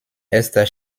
erster